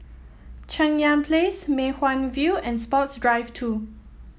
Cheng Yan Place Mei Hwan View and Sports Drive Two